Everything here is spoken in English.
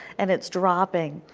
and it is dropping.